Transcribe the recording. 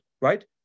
right